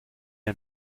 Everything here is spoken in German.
ein